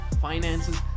finances